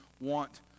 want